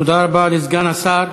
תודה רבה לסגן השר.